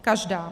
Každá.